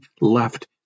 left